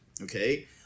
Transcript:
okay